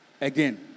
again